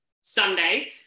Sunday